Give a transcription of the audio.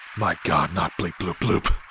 my god, not bleep bloop bloop.